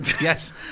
Yes